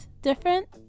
different